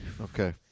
Okay